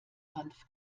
hanf